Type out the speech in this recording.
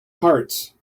hearts